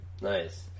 Nice